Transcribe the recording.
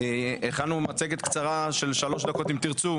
הכנו מצגת קצרה של שלוש דקות אם תרצו.